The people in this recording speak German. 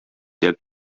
der